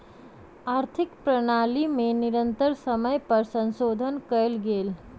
आर्थिक प्रणाली में निरंतर समय पर संशोधन कयल गेल